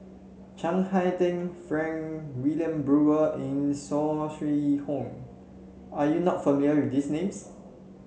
Chiang Hai Ding Frank Wilmin Brewer and Saw Swee Hock are you not familiar with these names